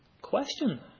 question